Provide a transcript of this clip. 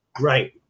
Right